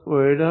vxy